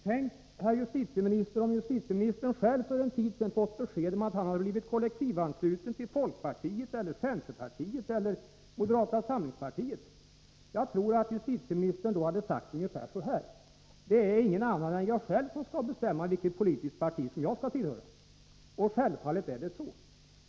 Tänk, herr justitieminister, om justitieministern själv för en tid sedan fått besked om att han blivit kollektivansluten till folkpartiet eller centerpartiet eller moderata samlingspartiet! Jag tror att justitieministern då hade sagt ungefär så här: Det är ingen annan än jag själv som skall bestämma vilket politiskt parti jag skall tillhöra. Och självfallet är det så.